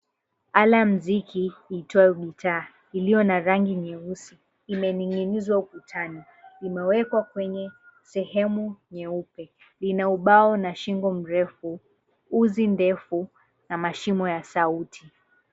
Ala muziki iitwayo gitaa, iliyo na rangi nyeusi, imening'inizwa kutani. Imewekwa kwenye sehemu nyeupe. Lina ubao na shingo mrefu, uzi ndefu na mashimo ya sauti.